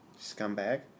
Scumbag